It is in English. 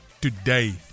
today